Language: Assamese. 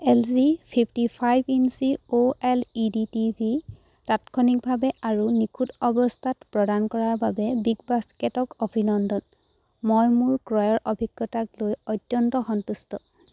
L G fifty five inch O L E D T V তাৎক্ষণিকভাৱে আৰু নিখুঁত অৱস্থাত প্ৰদান কৰাৰ বাবে বিগ বাস্কেটক অভিনন্দন মই মোৰ ক্ৰয়ৰ অভিজ্ঞতাক লৈ অত্যন্ত সন্তুষ্ট